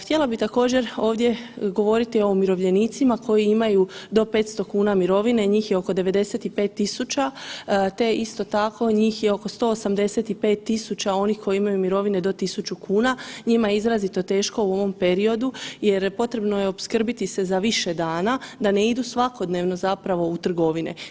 Htjela bi također ovdje govoriti o umirovljenicima koji imaju do 500,00 kn mirovine, njih je oko 95000, te isto tako njih je oko 185 000 onih koji imaju mirovine do 1.000,00 kn, njima je izrazito teško u ovom periodu jer potrebno je opskrbiti se za više dana da ne idu svakodnevno zapravo u trgovine.